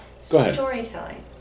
storytelling